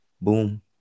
boom